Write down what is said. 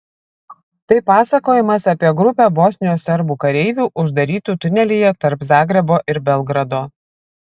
tai pasakojimas apie grupę bosnijos serbų kareivių uždarytų tunelyje tarp zagrebo ir belgrado